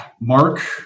Mark